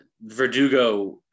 Verdugo